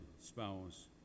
spouse